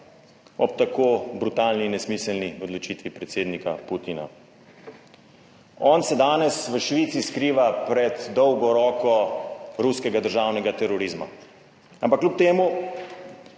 ob tako brutalni in nesmiselni odločitvi predsednika Putina. On se danes v Švici skriva pred dolgo roko ruskega državnega terorizma, ampak kljub temu